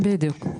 בדיוק.